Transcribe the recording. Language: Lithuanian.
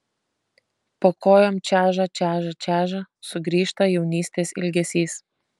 po kojom čeža čeža čeža sugrįžta jaunystės ilgesys